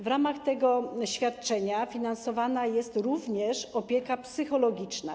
W ramach tego świadczenia finansowana jest również opieka psychologiczna.